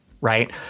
right